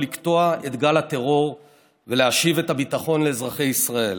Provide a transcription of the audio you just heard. לקטוע את גל הטרור ולהשיב את הביטחון לאזרחי ישראל.